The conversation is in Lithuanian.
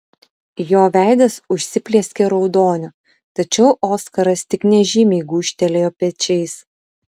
jo veidas užsiplieskė raudoniu tačiau oskaras tik nežymiai gūžtelėjo pečiais